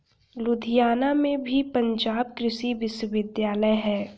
लुधियाना में भी पंजाब कृषि विश्वविद्यालय है